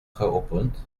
geopend